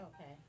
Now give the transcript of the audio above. Okay